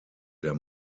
der